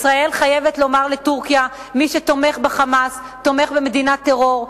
ישראל חייבת לומר לטורקיה: מי שתומך ב"חמאס" תומך במדינת טרור,